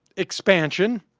expansion